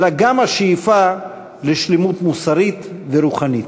אלא גם השאיפה לשלמות מוסרית ורוחנית".